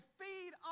feed